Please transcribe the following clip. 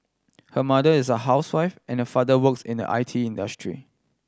her mother is a housewife and her father works in the I T industry